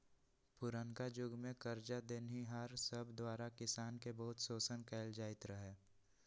पुरनका जुग में करजा देनिहार सब द्वारा किसान के बहुते शोषण कएल जाइत रहै